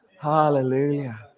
Hallelujah